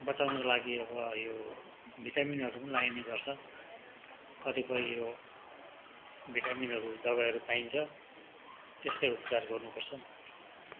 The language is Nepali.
बचाउनको लागि अब यो भिटामिनहरू पनि लगाइने गर्छ कतिपय यो भिटामिनहरू दबाईहरू पाइन्छ त्यस्तै उपचार गर्नुपर्छ